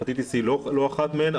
הפטיטיס סי לא אחת מהן,